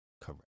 Correct